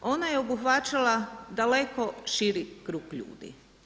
Ona je obuhvaćala daleko širi krug ljudi.